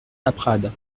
laprade